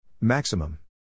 Maximum